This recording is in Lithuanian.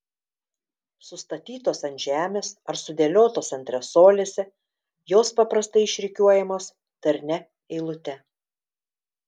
sustatytos ant žemės ar sudėliotos antresolėse jos paprastai išrikiuojamos darnia eilute